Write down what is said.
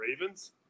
Ravens